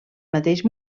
mateix